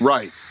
Right